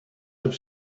have